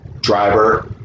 driver